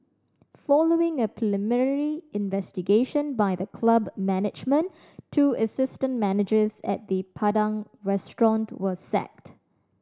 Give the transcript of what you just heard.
following a preliminary investigation by the club management two assistant managers at the Padang Restaurant were sacked